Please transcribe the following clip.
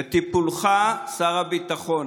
לטיפולך, שר הביטחון.